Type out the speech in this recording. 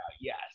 Yes